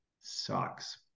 sucks